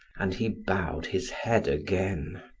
and he bowed his head again.